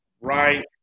right